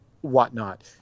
whatnot